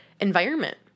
environment